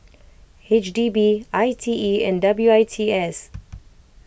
H D B I T E and W I T S